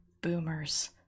boomers